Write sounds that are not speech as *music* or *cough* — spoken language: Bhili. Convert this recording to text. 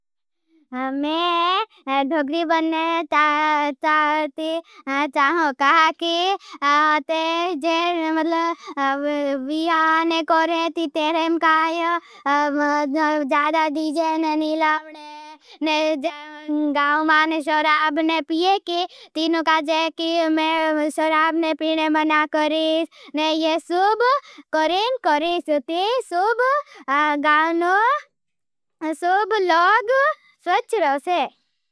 मैं धोगडी बनने चाहो कहा कि व्याख्यान को रेती। तेरें काई ज़्यादा डीजेन नहीं लावने। गाऊं मां शराब ने पिये। *hesitation* कि तीनु का जे कि मैं शराब ने पिने मना करें। ने ये सूब करें करें सुते, सूब गाऊंनो। सूब लोग सुच रोसे।